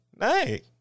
Hey